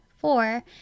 Four